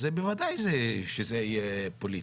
אז בוודאי שזה יהיה פוליטי.